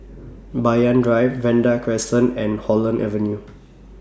Banyan Drive Vanda Crescent and Holland Avenue